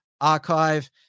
archive